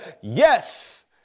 Yes